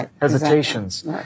hesitations